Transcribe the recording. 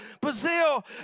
Brazil